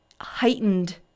heightened